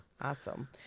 Awesome